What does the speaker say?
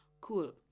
Cool